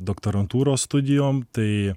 doktorantūros studijom tai